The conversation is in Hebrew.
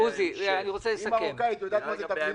היא מרוקאית, יודעת מה זה תבלינים.